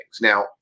Now